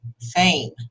fame